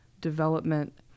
development